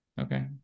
Okay